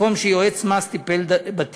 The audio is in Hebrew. מקום שיועץ מס טיפל בתיק.